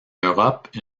europe